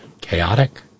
chaotic